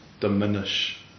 diminish